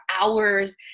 hours